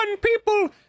people